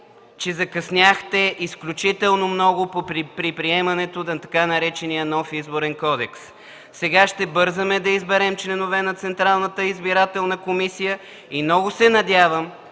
че закъсняхте изключително много при приемането на така наречения „нов Изборен кодекс”. Сега ще бързаме да изберем членове на Централната избирателна комисия и много се надявам